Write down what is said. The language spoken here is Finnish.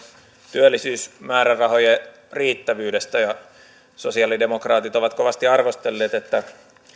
työllisyysmäärärahojen riittävyydestä ja sosialidemokraatit ovat kovasti arvostelleet että